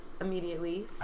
Immediately